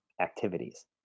activities